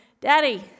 Daddy